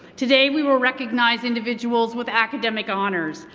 today we will recognize individuals with academic honors,